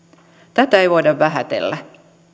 tätä ei voida vähätellä